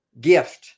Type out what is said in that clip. gift